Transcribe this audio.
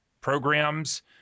programs